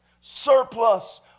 surplus